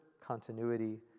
continuity